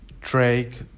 Drake